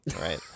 Right